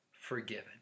forgiven